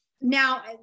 now